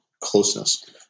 closeness